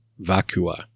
vacua